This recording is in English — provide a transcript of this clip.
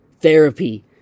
therapy